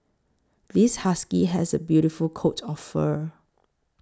this husky has a beautiful coat of fur